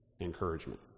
encouragement